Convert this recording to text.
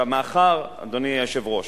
אדוני היושב-ראש,